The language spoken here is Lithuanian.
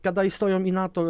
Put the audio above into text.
kada įstojom į nato